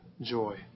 joy